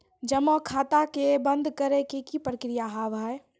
जमा खाता के बंद करे के की प्रक्रिया हाव हाय?